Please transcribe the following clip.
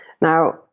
Now